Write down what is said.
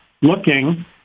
looking